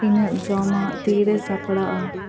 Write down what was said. ᱤᱧᱟᱹᱜ ᱡᱚᱢᱟ ᱛᱤᱨᱮ ᱥᱟᱯᱲᱟᱜᱼᱟ